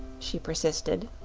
she persisted.